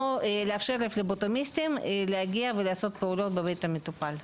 לאפשר לפבלוטומיסטים להגיע ולעשות פעולות בבית המטופל.